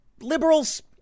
liberals